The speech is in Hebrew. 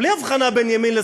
בלי הבחנה בין ימין לשמאל,